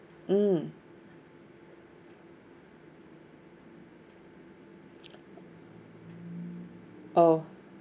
mm oh